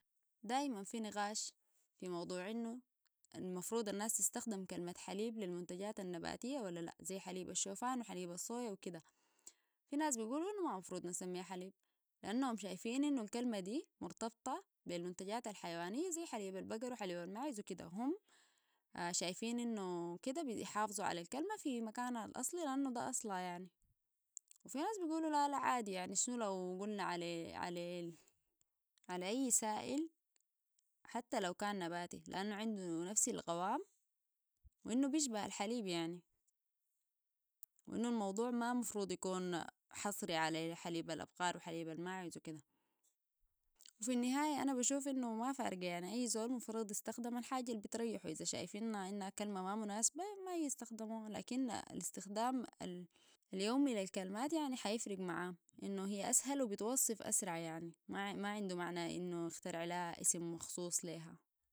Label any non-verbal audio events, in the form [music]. دايما في نقاش في موضوع انو المفروض الناس تستخدم كلمة حليب للمنتجات النباتية ولا لا زي حليب الشوفان وحليب الصوية وكده في ناس بيقولوا انه ما مفروض نسميها حليب لانهم شايفين انو الكلمة دي مرتبطة بالمنتجات الحيوانية زي حليب البقر وحليب الماعز وكده وهم شايفين انو كده بيحافظوا على الكلمة في مكانها الاصلي لانو ده اصلها يعني وفي ناس بيقولوا لا لا عادي يعني شنو لو قلنا على [hesitation] اي سائل حتى لو كان نباتي لانه عنده نفس القوام وانو بيشبه الحليب يعني وانو الموضوع ما مفروض يكون حصري على الحليب الابقار وحليب الماعز وكده. في النهاية انا بشوف انه ما فارق يعني اي زول مفروض يستخدم الحاجة اللي بتريحو. اذا شايف انو كلمة ما مناسبة ما يستخدموها. لكن الاستخدام اليومي للكلمات يعني حيفرق معاه. انو هي اسهل وبتوصف اسرع يعني ما عنده معنى انو اخترع لي اسم مخصوص لها